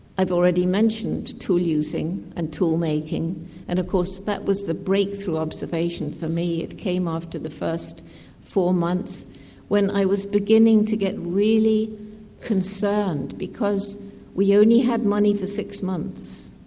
i've already mentioned tool-using and tool-making and of course that was the breakthrough observation for me. it came after the first four months when i was beginning to get really concerned because we only had money for six months.